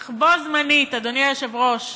אך בו-זמנית, אדוני היושב-ראש,